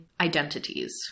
identities